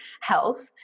health